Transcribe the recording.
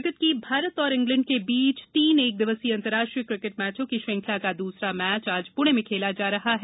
cricket Bharat और England के बीच तीन एक दिवसीय अन्तर्राष्ट्रीय क्रिकेट मैचों की श्रृंखला का दूसरा मैच आज प्णे में खेला जा रहा है